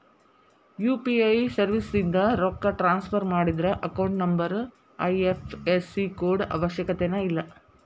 UPI ಸರ್ವಿಸ್ಯಿಂದ ರೊಕ್ಕ transfer ಮಾಡಿದ್ರ ಅಕೌಂಟ್ ನಂಬರ್ ಐ.ಎಫ್.ಎಸ್.ಸಿ ಕೋಡ್ ಅವಶ್ಯಕತೆನ ಇಲ್ಲ